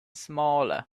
smaller